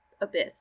abyss